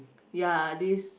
ya this